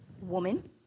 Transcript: woman